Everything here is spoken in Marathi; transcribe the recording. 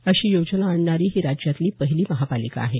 अशी योजना आणणारी ही राज्यातली पहिली महापालिका आहे